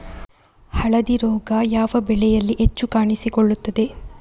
ಹಳದಿ ರೋಗ ಯಾವ ಬೆಳೆಯಲ್ಲಿ ಹೆಚ್ಚು ಕಾಣಿಸಿಕೊಳ್ಳುತ್ತದೆ?